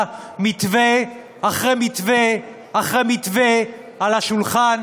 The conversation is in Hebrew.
מתווה אחרי מתווה אחרי מתווה על השולחן,